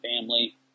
family